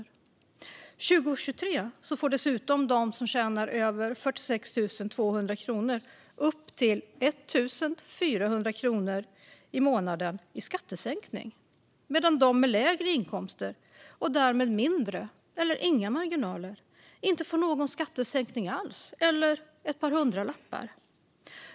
År 2023 får dessutom de som tjänar över 46 200 kronor upp till 1 400 kronor i månaden i skattesänkning medan de med lägre inkomster, och därmed mindre eller inga marginaler, inte får någon skattesänkning alls eller ett par hundralappar.